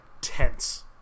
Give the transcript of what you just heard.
tense